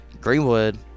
Greenwood